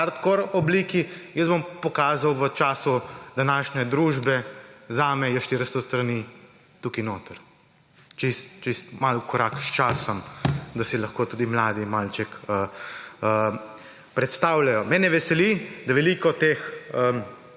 v hard core obliki, jaz bom pokazal v času današnje družbe, zame je 400 strani tukaj notri. Čisto malo v korak s časom, da si lahko tudi mladi malček predstavljajo. Mene veseli, da se bo veliko teh